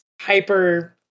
hyper